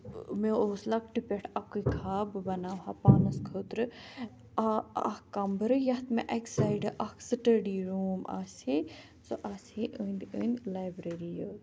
مےٚ اوس لۄکٹہِ پٮ۪ٹھ اَکٕے خاب بہٕ بَناوہا پانَس خٲطرٕ آ اکھ کَمرٕ یَتھ مےٚ اَکہِ سایڈٕ اَکھ سٕٹَڈی روٗم آسہِ ہے سُہ آسہِ ہے أنٛدۍ أنٛدۍ لایبرٔری یٲ